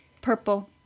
purple